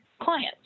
clients